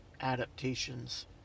adaptations